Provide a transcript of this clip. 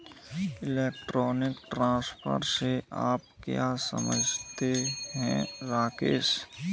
Electronic transfer से आप क्या समझते हैं, राकेश?